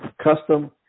custom